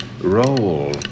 Roll